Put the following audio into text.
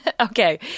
Okay